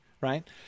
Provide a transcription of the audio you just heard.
right